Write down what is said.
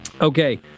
Okay